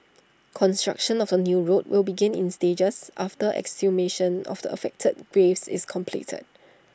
construction of the new road will begin in stages after exhumation of the affected graves is completed